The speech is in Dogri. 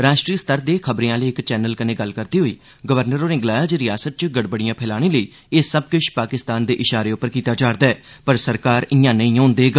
राश्ट्री स्तर दे खबरें आहले इक चैनल कन्नै गल्ल करदे होई गवर्नर होरें गलाया जे रिआसत च गड़बड़ियां फैलाने लेई एह् सब किष पाकिस्तान दे इषारे पर कीता जा'रदा ऐ पर सरकार ईआं नेई होन देग